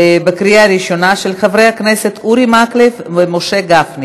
של חברי הכנסת אורי מקלב ומשה גפני,